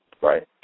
Right